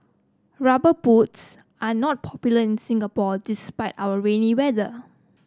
rubber boots are not popular in Singapore despite our rainy weather